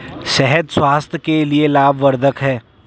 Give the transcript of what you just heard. शहद स्वास्थ्य के लिए लाभवर्धक है